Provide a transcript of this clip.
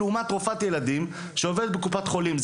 לעומת רופאת ילדים שעובדת בקופת חולים.